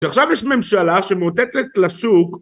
שעכשיו יש ממשלה שמאותת לשוק